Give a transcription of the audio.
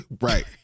Right